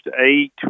eight